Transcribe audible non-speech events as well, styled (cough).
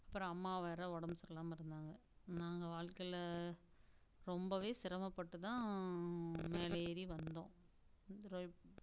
அப்புறம் அம்மா வேற உடம்பு சரியில்லாமல் இருந்தாங்க நாங்கள் வாழ்க்கையில் ரொம்ப சிரமப்பட்டு தான் மேலே ஏறி வந்தோம் (unintelligible)